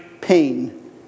pain